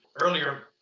earlier